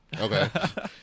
Okay